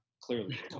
clearly